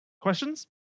Questions